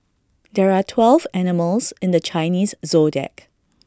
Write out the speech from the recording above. there are twelve animals in the Chinese Zodiac